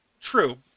True